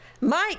mike